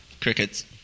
Crickets